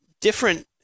different